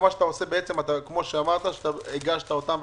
הגשת אותם,